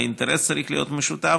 והאינטרס צריך להיות משותף.